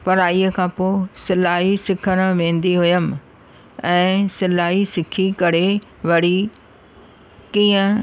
पढ़ाईअ खां पोइ सिलाई सिखणु वेंदी हुयमि ऐं सिलाई सिखी करे वरी कीअं